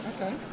Okay